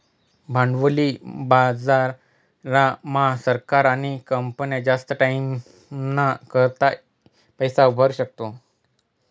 भांडवली बाजार मा सरकार आणि कंपन्या जास्त टाईमना करता पैसा उभारु शकतस